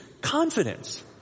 confidence